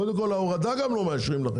קודם כל, גם את ההורדה לא מאשרים לכם.